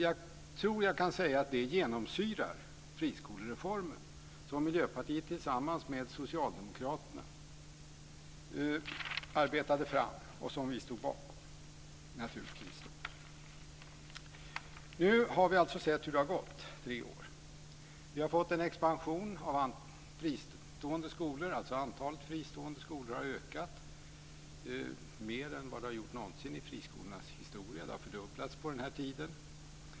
Jag tror att jag kan säga att det genomsyrar friskolereformen som Miljöpartiet tillsammans med Socialdemokraterna arbetade fram och som vi naturligtvis stod bakom. Nu har vi alltså sett hur det har gått under tre år. Vi har fått en expansion. Antalet fristående skolor har ökat mer än någonsin i friskolornas historia. De har fördubblats under denna tid.